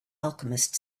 alchemist